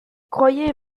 croyez